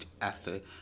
effort